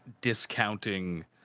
discounting